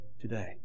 today